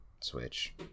Switch